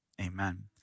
Amen